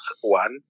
one